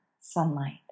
sunlight